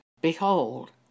behold